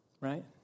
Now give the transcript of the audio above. right